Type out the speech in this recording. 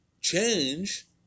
Change